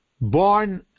Born